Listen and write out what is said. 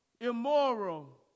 immoral